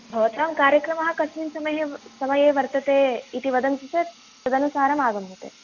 भवतां कार्यक्रमयः कस्मिन् समये समये वर्तते इति वदन्ति चेत् तदनुसारम् आगम्यते